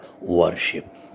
worship